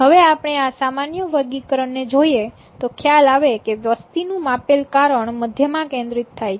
હવે આપણે આ સામાન્ય વર્ગીકરણ ને જોઈએ તો ખ્યાલ આવે કે વસ્તીનું માપેલ કારણ મધ્યમાં કેન્દ્રિત થાય છે